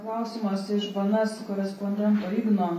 klausimas iš bns korespondento igno